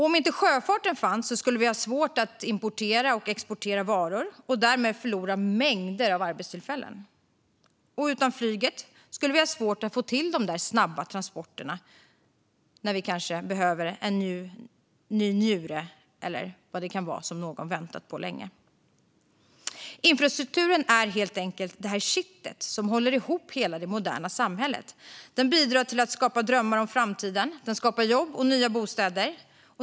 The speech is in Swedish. Om inte sjöfarten fanns skulle vi ha svårt att importera och exportera varor och skulle därmed förlora mängder av arbetstillfällen. Utan flyget skulle vi ha svårt att få till de där snabba transporterna när vi kanske behöver en ny njure eller vad det nu kan vara som någon väntat på länge. Infrastrukturen är helt enkelt det kitt som håller ihop hela det moderna samhället. Den bidrar till att skapa drömmar om framtiden. Den skapar jobb och nya bostäder.